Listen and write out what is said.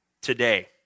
today